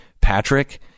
Patrick